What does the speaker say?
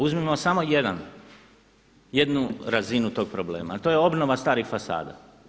Uzmimo samo jednu razinu tog problema, a to je obnova starih fasada.